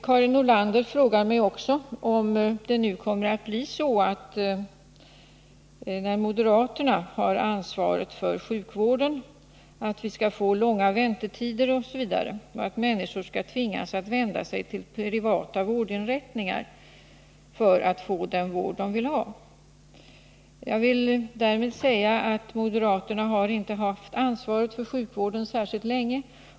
Karin Nordlander frågade mig vidare om det kommer att bli så, nu när moderaterna har ansvaret för sjukvården, att det uppstår långa väntetider osv. och att människor tvingas att vända sig till privata vårdinrättningar för att få den vård de vill ha. Jag vill därtill säga att moderaterna inte har haft ansvaret för sjukvården särskilt länge.